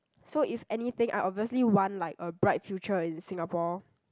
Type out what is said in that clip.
so if anything I obviously want like a bright future in Singapore